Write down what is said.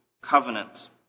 covenant